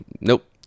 nope